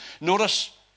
Notice